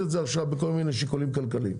את זה עכשיו בכל מיני שיקולים כלכליים.